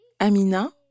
Amina